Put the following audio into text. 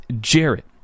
Jarrett